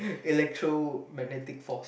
electromagnetic force